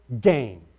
game